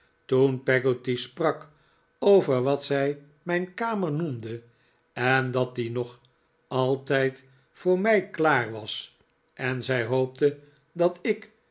toen peggotty sprak over wat zij mijn kamer noemde en dat die nog altijd voor mij klaar wag en zij hbopte dat ik